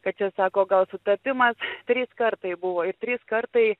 kad čia sako gal sutapimas trys kartai buvo ir trys kartai